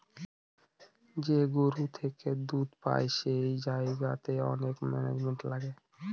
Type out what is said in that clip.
যে গরু থেকে দুধ পাই সেই জায়গাতে অনেক ম্যানেজমেন্ট লাগে